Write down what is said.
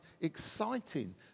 exciting